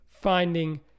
finding